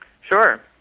Sure